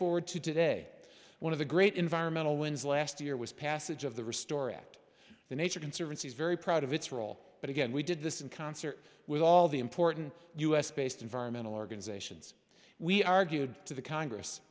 forward to today one of the great environmental wins last year was passage of the restore act the nature conservancy is very proud of its role but again we did this in concert with all the important u s based environmental organizations we argued to the congress